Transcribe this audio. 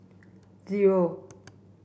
zero